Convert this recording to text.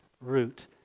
root